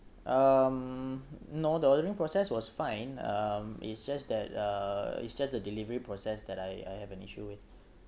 um no the ordering process was fine um it's just that uh it's just the delivery process that I I have an issue with